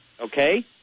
Okay